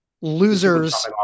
losers-